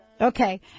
Okay